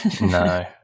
No